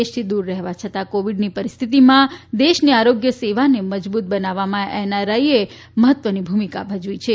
દેશ થી દુર રહેવા છતાં કોવીડની પરિસ્થિતિમાં દેશની આરોગ્ય સેવાને મજબુત બનાવવામાં એનઆરઆઇએ મહત્વની ભૂમિકા ભજવી છે